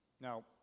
Now